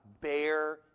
bear